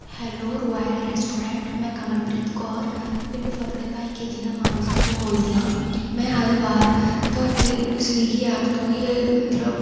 hello royal restaurant ਮੈਂ ਕਮਲਪ੍ਰੀਤ ਕੌਰ ਪਿੰਡ ਫਫੜੇ ਭਾਈ ਕੇ ਜ਼ਿਲ੍ਹਾ ਮਾਨਸਾ ਤੋਂ ਬੋਲਦੀ ਹਾਂ ਮੈਂ ਹਰ ਵਾਰ ਤੁਹਾਡੀ ਸਵੀਗੀ ਐਪ ਤੋਂ ਹੀ ਮਤਲਬ